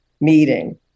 meeting